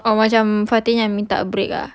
ah macam fatin yang minta break ah